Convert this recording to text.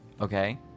okay